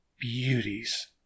beauties